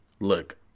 look